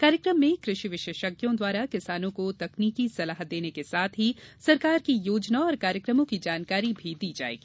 कार्यक्रम में कृषि विशेषज्ञों द्वारा किसानों को तकनीकी सलाह देने के साथ ही सरकार की योजना और कार्यक्रमों की जानकारी भी दी जाएगी